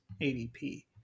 ADP